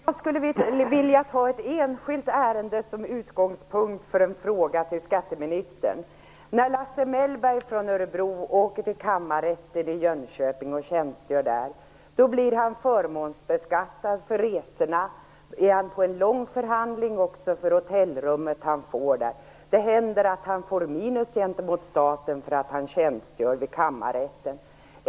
Fru talman! Jag skulle vilja ta ett enskilt ärende som utgångspunkt för en fråga till skatteministern. När Lasse Mellberg från Örebro åker till Kammarrätten i Jönköping och tjänstgör blir han förmånsbeskattad för resorna. Om han är på en lång förhandling gäller det också för hotellrummet han får där. Det händer att han får minus gentemot staten för att han tjänstgör vid kammarrätten.